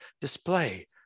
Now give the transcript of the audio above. display